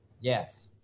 Yes